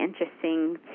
interesting